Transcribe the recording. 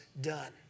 done